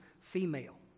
female